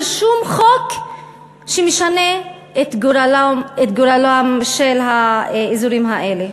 שום חוק שמשנה את גורלם של האזורים האלה,